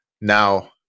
now